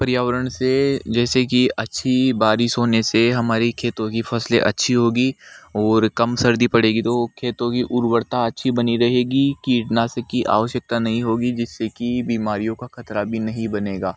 पर्यावरण से जैसे कि अच्छी बारिश होने से हमारी खेतों की फसलें अच्छी होगी और कम सर्दी पड़ेगी तो खेतों की ऊर्वरता अच्छी बनी रहेगी कीटनाशक की आवश्यकता नहीं होगी जिससे की बीमारीयों का खतरा भी नहीं बनेगा